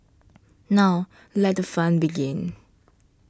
now let the fun begin